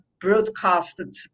broadcasted